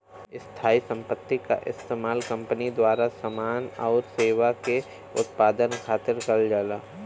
स्थायी संपत्ति क इस्तेमाल कंपनी द्वारा समान आउर सेवा के उत्पादन खातिर करल जाला